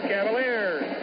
Cavaliers